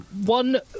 One